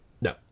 No